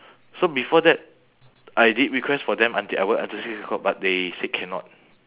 so before that I did request for them until I work until six o'clock but they said cannot